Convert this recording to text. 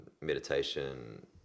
meditation